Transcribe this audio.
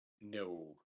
No